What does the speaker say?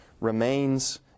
remains